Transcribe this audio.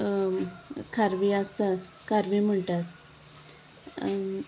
खारवी आसतात कारवी म्हणटात